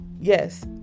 Yes